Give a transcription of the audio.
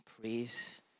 praise